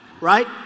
Right